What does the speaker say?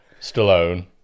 Stallone